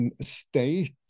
state